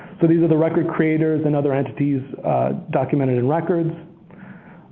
so these are the record creators and other entities documented in records.